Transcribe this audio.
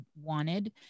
wanted